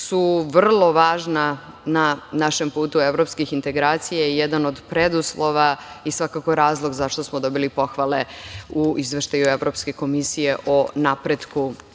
su vrlo važna na našem putu evropskih integracija i jedan od preduslova i svakako razlog zašto smo dobili pohvale u Izveštaju Evropske komisije o napretku